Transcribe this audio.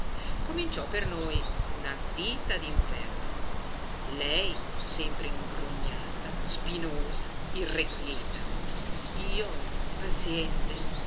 cominciò per noi una vita d'inferno lei sempre ingrugnata spinosa irrequieta io paziente